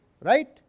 right